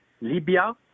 Libya